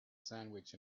sandwich